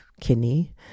Kidney